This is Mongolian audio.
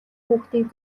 хүүхдийг